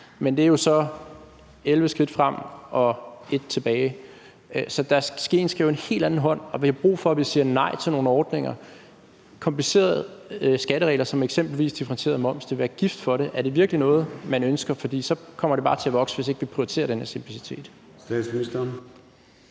men det er jo så 11 skridt frem og 1 tilbage. Så skeen skal over i den anden hånd, og vi har brug for, at vi siger nej til nogle ordninger. Komplicerede skatteregler som eksempelvis differentieret moms vil være gift for det. Er det virkelig noget, man ønsker? For det kommer bare til at vokse, hvis ikke vi prioriterer den her simplicitet.